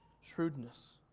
shrewdness